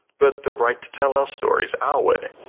but the right to tell our stories, our way.